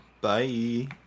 Bye